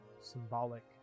symbolic